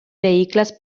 vehicles